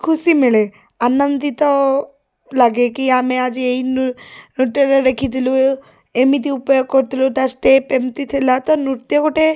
ଖୁସି ମିଳେ ଆନନ୍ଦିତ ଲାଗେ କି ଆମେ ଆଜି ଏହି ନୃତ୍ୟଟା ଦେଖିଥିଲୁ ଏମିତି ଉପାୟ କରୁଥିଲୁ ତା' ସ୍ଟେପ୍ ଏମିତି ଥିଲା ତ ନୃତ୍ୟ ଗୋଟେ